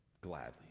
Gladly